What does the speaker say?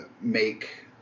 make